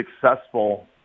successful